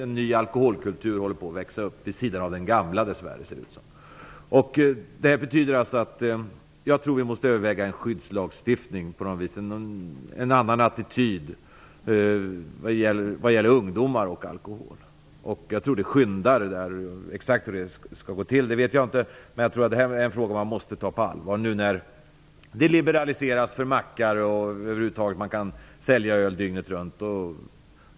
En ny alkoholkultur håller dess värre på att växa fram vid sidan av den gamla, som det ser ut som. Vi måste överväga en skyddslagstiftning, en annan attityd, vad gäller ungdomar och alkohol. Jag tror att det brådskar. Hur det skall gå till vet jag inte. Men det är en fråga som man måste ta på allvar nu när reglerna liberaliseras och öl försäljs dygnet runt.